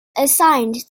assigned